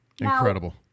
Incredible